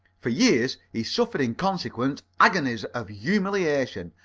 for years he suffered in consequence agonies of humiliation,